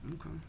Okay